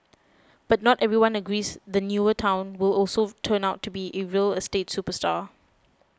but not everyone agrees the newer town will also turn out to be a real estate superstar